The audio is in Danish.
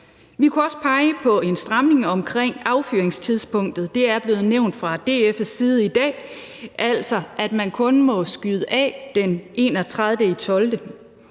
Vi kunne også pege på en stramning omkring affyringstidspunktet. Det er blevet nævnt fra DF's side i dag, altså at man kun må skyde af den 31.